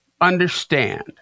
understand